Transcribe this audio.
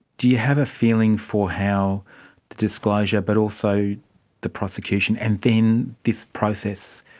do you have a feeling for how the disclosure but also the prosecution and then this process,